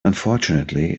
unfortunately